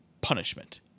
punishment